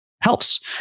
helps